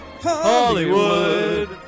Hollywood